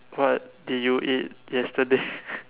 what did you eat yesterday